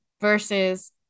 versus